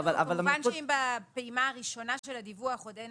כמובן שאם בפעימה הראשונה של הדיווח עוד אין